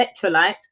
electrolytes